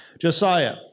Josiah